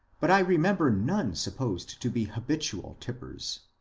but i re member none supposed to be habitual tipplers.